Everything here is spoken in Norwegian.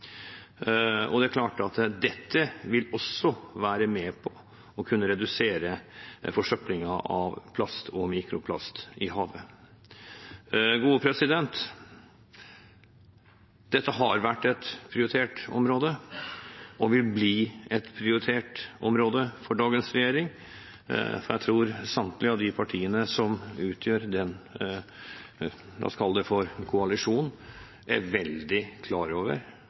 klart at det vil også kunne være med på å redusere forsøplingen av plast og mikroplast i havet. Dette har vært og vil bli et prioritert område for dagens regjering, for jeg tror samtlige av de partiene som utgjør denne – la oss kalle det – koalisjonen, er veldig klar over